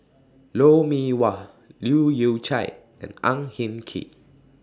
Lou Mee Wah Leu Yew Chye and Ang Hin Kee